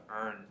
earn